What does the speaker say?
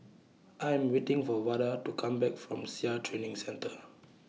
I Am waiting For Vada to Come Back from Sia Training Centre